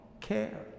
care